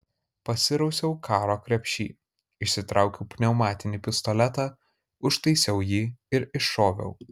pasirausiau karo krepšy išsitraukiau pneumatinį pistoletą užtaisiau jį ir iššoviau